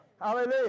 hallelujah